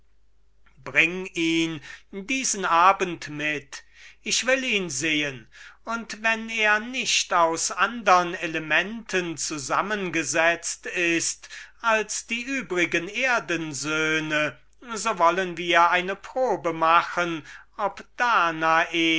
bringe ihn diesen abend mit ich will ihn sehen und wenn er aus eben denselben elementen zusammengesetzt ist wie andre erden söhne so wollen wir eine probe machen ob danae